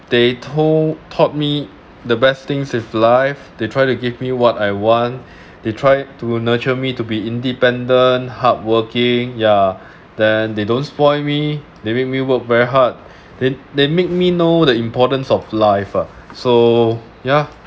they told taught me the best things is life they try to give me what I want they tried to nurture me to be independent hardworking ya then they don't spoil me they make me work very hard they they make me know the importance of life ah so yeah